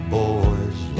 boys